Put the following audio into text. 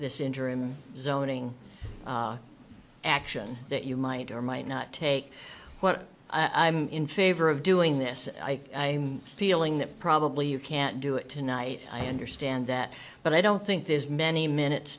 this interim zoning action that you might or might not take what i'm in favor of doing this i feeling that probably you can't do it tonight i understand that but i don't think there's many minutes